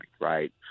right